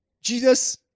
Jesus